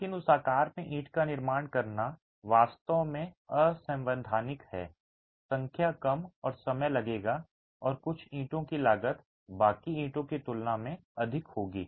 लेकिन उस आकार में ईंट का निर्माण करना वास्तव में असंवैधानिक है संख्या कम और समय लगेगा और कुछ ईंटों की लागत बाकी ईंटों की तुलना में अधिक होगी